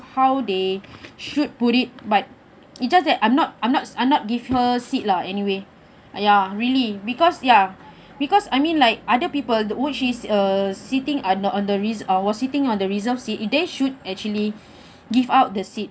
how they should put it but it just that I'm not I'm not I'm not give her seat lah anyway ya really because ya because I mean like other people the old she's err seating are the on the re~ uh sitting on the reserve seat they should actually give up the seat